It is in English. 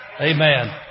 Amen